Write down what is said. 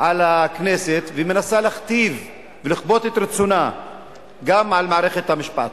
על הכנסת ומנסה להכתיב ולכפות את רצונה גם על מערכת המשפט.